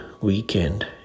weekend